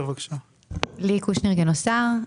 ליהי קושניר גינוסר.